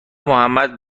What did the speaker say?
محمد